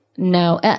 No